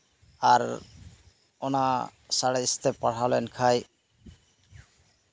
ᱟᱨ ᱚᱱᱟ ᱥᱟᱬᱮᱥ ᱛᱮ ᱯᱟᱲᱦᱟᱣ ᱞᱮᱱᱠᱷᱟᱱ